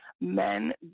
Men